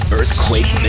Earthquake